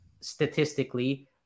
statistically